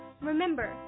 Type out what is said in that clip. Remember